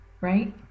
right